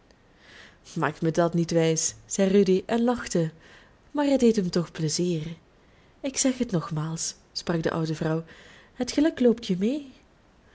maak mij dat niet wijs zei rudy en lachte maar het deed hem toch plezier ik zeg het nogmaals sprak de oude vrouw het geluk loopt je mee